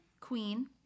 queen